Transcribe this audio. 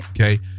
Okay